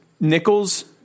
nickels